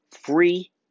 free